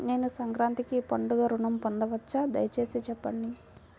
నేను సంక్రాంతికి పండుగ ఋణం పొందవచ్చా? దయచేసి చెప్పండి?